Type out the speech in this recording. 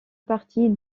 partie